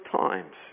times